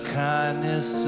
kindness